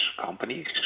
companies